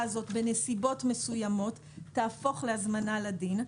הזאת בנסיבות מסוימות תהפוך להזמנה לדין.